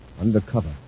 undercover